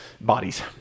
bodies